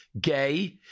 gay